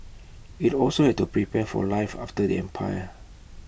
IT also had to prepare for life after the empire